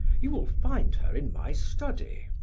you will find her in my study.